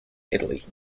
italy